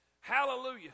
Hallelujah